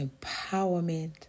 empowerment